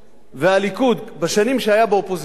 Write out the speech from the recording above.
והליכוד בשנים שהיה באופוזיציה,